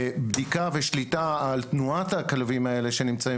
בדיקה ושליטה על תנועת הכלבים האלה שנמצאים